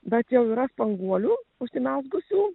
bet jau yra spanguolių užsimezgusių